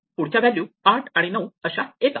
पुढच्या व्हॅल्यू 8 आणि 9 अशा येतात